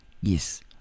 yes